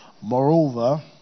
moreover